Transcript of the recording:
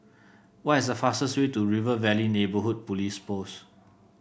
what is the fastest way to River Valley Neighbourhood Police Post